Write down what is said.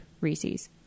Reese's